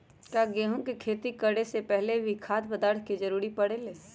का गेहूं के खेती करे से पहले भी खाद्य पदार्थ के जरूरी परे ले?